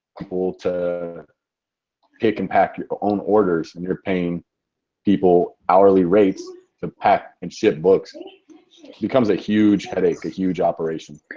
people to pick and pack your own orders and your paying people hourly rates to pack and ship books. it becomes a huge headache, a huge operation.